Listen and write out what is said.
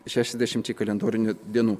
šešiasdešimčiai kalendorinių dienų